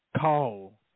Call